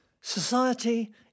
Society